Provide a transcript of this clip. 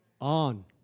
On